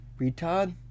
Retard